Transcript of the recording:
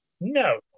No